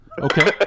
Okay